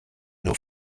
nur